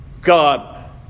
God